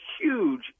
huge